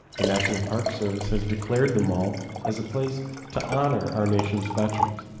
the national park service has declared the mall as a place to honor our nation's veterans,